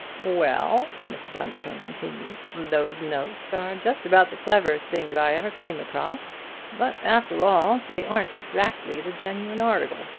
well, mr. bundercombe continued, those notes are just about the cleverest things i ever came across but, after all, they aren't exactly the genuine article.